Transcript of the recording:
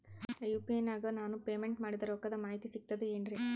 UPI ನಾಗ ನಾನು payment ಮಾಡಿದ ರೊಕ್ಕದ ಮಾಹಿತಿ ಸಿಕ್ತದೆ ಏನ್ರಿ?